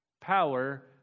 Power